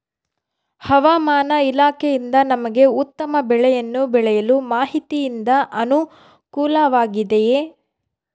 ಹವಮಾನ ಇಲಾಖೆಯಿಂದ ನಮಗೆ ಉತ್ತಮ ಬೆಳೆಯನ್ನು ಬೆಳೆಯಲು ಮಾಹಿತಿಯಿಂದ ಅನುಕೂಲವಾಗಿದೆಯೆ?